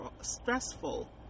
stressful